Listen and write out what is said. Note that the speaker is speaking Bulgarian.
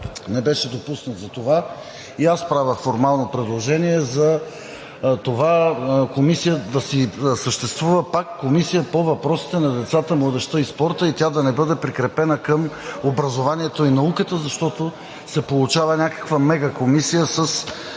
не беше допуснато това. И аз правя формално предложение да си съществува пак Комисия по въпросите на децата, младежта и спорта и тя да не бъде прикрепена към образованието и науката, защото се получава някаква мега комисия с